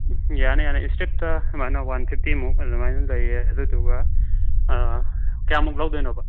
ꯌꯥꯅꯤ ꯌꯥꯅꯤ ꯁ꯭ꯇ꯭ꯔꯤꯞꯇ ꯁꯨꯃꯥꯏꯅ ꯋꯥꯟ ꯐꯤꯐꯇꯤꯃꯨꯛ ꯑꯗꯨꯃꯥꯏꯅ ꯂꯩꯌꯦ ꯑꯗꯨꯗꯨꯒ ꯀꯌꯥꯃꯨꯛ ꯂꯧꯗꯣꯏꯅꯣꯕ